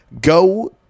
go